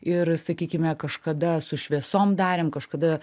ir sakykime kažkada su šviesom darėm kažkada